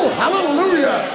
hallelujah